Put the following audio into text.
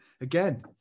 again